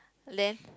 leh